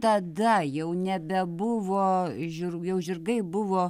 tada jau nebebuvo žirg jau žirgai buvo